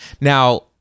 Now